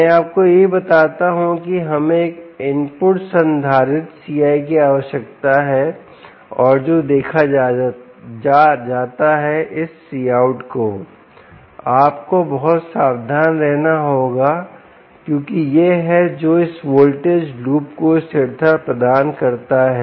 मैं आपको यह भी बताता हूं कि हमें एक इनपुट संधारित्र Ciकी आवश्यकता है और जो देखा जाता है इसCOUTको आपको बहुत सावधान रहना होगा क्योंकि यह है जो इस वोल्टेज लूप को स्थिरता प्रदान करता है